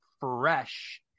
fresh